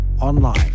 Online